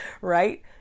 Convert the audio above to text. right